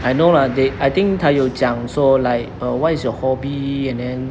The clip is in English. I know lah they I think 她有讲说 like uh what is your hobby and then